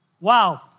Wow